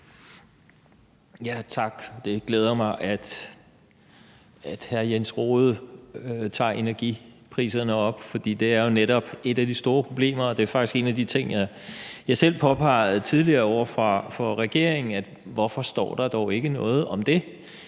Tak. Det glæder mig, at hr. Jens Rohde tager energipriserne op, for det er jo netop et af de store problemer, og det er faktisk en af de ting, jeg selv påpegede tidligere over for regeringen, nemlig hvorfor der dog ikke står noget om det.